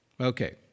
Okay